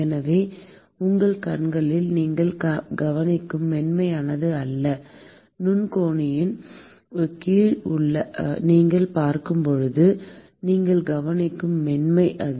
எனவே உங்கள் கண்களில் நீங்கள் கவனிக்கும் மென்மையானது அல்ல நுண்ணோக்கியின் கீழ் நீங்கள் பார்க்கும் போது நீங்கள் கவனிக்கும் மென்மை அது